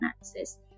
access